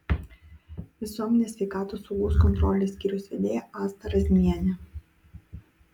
visuomenės sveikatos saugos kontrolės skyriaus vedėja asta razmienė